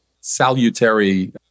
salutary